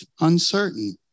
uncertain